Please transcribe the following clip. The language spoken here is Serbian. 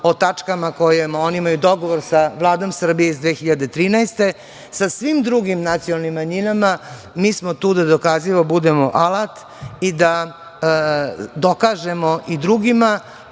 o tačkama o kojima oni imaju dogovor sa Vladom Srbije iz 2013. godine. Sa svim drugim nacionalnim manjinama, mi smo tu da dokazivo budemo alat i da dokažemo i drugima,